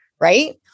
Right